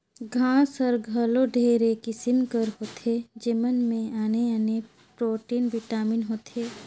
घांस हर घलो ढेरे किसिम कर होथे जेमन में आने आने प्रोटीन, बिटामिन होथे